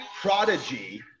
Prodigy